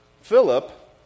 Philip